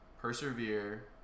persevere